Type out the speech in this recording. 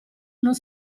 non